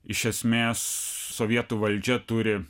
iš esmės sovietų valdžia turi